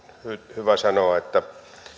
hyvä sanoa että